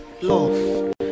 love